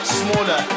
smaller